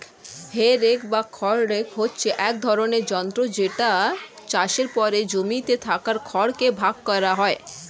হে rake বা খড় rake হচ্ছে এক ধরণের যন্ত্র যেটা চাষের পর জমিতে থাকা খড় কে ভাগ করা হয়